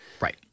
Right